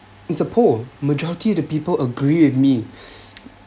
it's a poll majority of the people agree with me